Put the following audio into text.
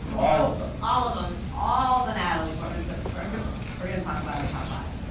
um all of them. all of them. all the natalie portmans. but first, we're gonna talk about our top five.